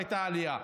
והייתה עלייה.